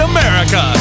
America